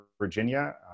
Virginia